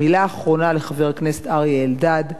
מלה אחרונה לחבר הכנסת אריה אלדד.